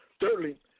Thirdly